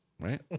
Right